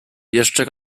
jeszcze